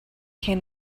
came